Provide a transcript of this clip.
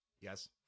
Yes